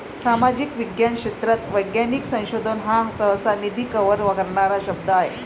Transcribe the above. सामाजिक विज्ञान क्षेत्रात वैज्ञानिक संशोधन हा सहसा, निधी कव्हर करणारा शब्द आहे